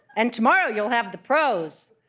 and tomorrow you'll have the pros